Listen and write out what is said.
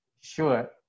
Sure